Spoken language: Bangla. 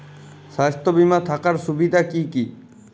স্বাস্থ্য বিমা থাকার সুবিধা কী কী?